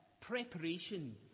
preparation